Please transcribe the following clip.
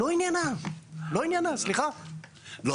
לא עניינה, סליחה.